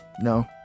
no